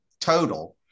total